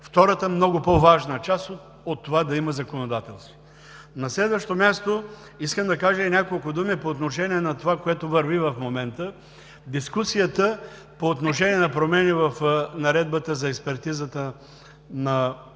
второто, много по-важно от това да има законодателство. На следващо място, искам да кажа и няколко думи по отношение на това, което върви в момента – дискусията по отношение на промени в Наредбата за експертизата на